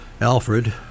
alfred